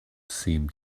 seemed